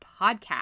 podcast